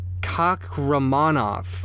Kakramanov